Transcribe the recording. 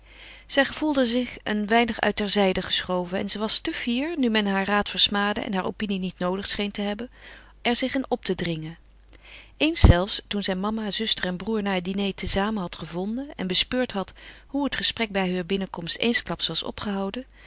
zij gevoelde er zich een weinig uit ter zijde geschoven en ze was te fier nu men haar raad versmaadde en haar opinie niet noodig scheen te hebben er zich in op te dringen eens zelfs toen zij mama zuster en broêr na het diner te zamen had gevonden en bespeurd had hoe het gesprek bij heur binnenkomst eensklaps was opgehouden